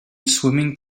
swimming